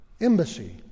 embassy